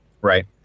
Right